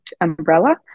umbrella